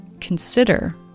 consider